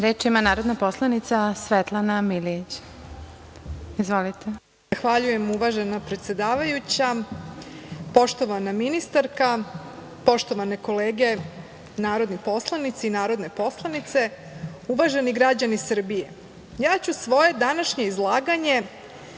ima narodna poslanica Svetlana Milijić. Izvolite. **Svetlana Milijić** Zahvaljujem, uvažena predsedavajuća. Poštovana ministarka, poštovane kolege narodni poslanici i narodne poslanice, uvaženi građani Srbije, ja ću svoje današnje izlaganje